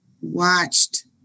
watched